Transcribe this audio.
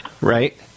right